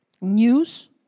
News